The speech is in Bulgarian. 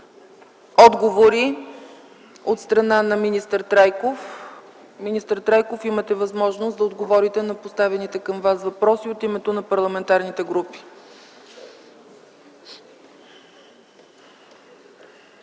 отговори от страна на министър Трайков. Министър Трайков, имате възможност да отговорите на поставените към Вас въпроси от името на парламентарните групи.